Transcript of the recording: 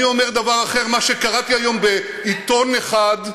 אני אומר דבר אחר, מה שקראתי היום בעיתון אחד,